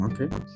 Okay